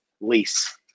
lease